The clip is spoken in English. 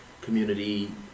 community